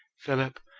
philip,